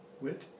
Wit